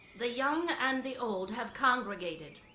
the young and the old have congregated.